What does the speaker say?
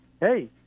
hey